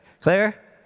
Claire